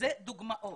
אלה דוגמאות.